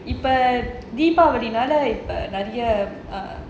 இப்ப:ippa deepavali நால இப்ப நிறைய:naala ippa niraiya